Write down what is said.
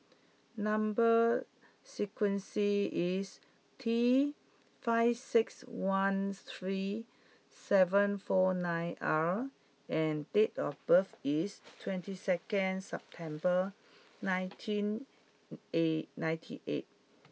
number sequence is T five six one three seven four nine R and date of birth is twenty second September nineteen eight ninety eight